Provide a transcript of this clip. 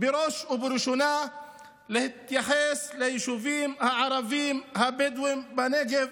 בראש ובראשונה להתייחס ליישובים הערביים הבדואיים בנגב.